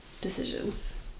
decisions